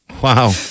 Wow